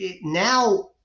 now